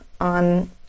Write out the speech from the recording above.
on